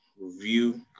review